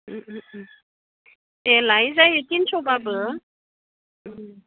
देलाय जायो तिनस'ब्लाबो